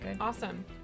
Awesome